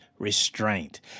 Restraint